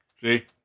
See